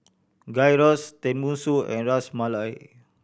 Gyros Tenmusu and Ras Malai